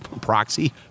proxy